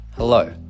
Hello